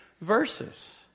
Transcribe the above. verses